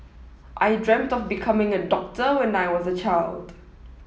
I dreamt of becoming a doctor when I was a child